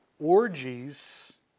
orgies